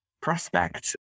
prospect